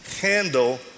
handle